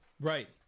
Right